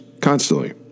constantly